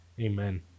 Amen